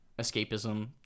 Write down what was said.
escapism